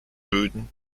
böden